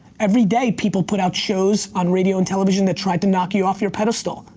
everyday people put out shows on radio and television that tried to knock you off your pedestal.